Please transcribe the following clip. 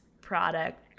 product